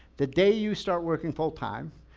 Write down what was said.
the day you start working full time.